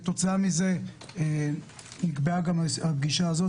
כתוצאה מזה נקבעה גם הפגישה הזו,